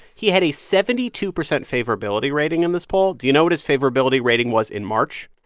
he had a seventy two percent favorability rating in this poll. do you know what his favorability rating was in march?